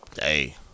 Hey